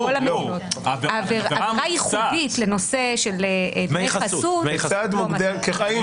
עבירה ייחודית לנושא של דמי חסות לא מצאנו.